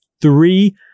three